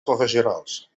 professionals